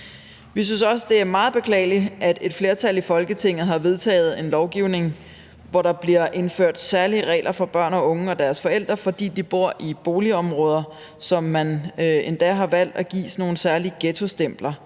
Vi synes også, det er meget beklageligt, at et flertal i Folketinget har vedtaget en lovgivning, hvor der er indført særlige regler for børn og unge og deres forældre, fordi de bor i boligområder, som man endda har valgt at give sådan nogle særlige ghettostempler.